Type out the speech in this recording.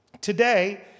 Today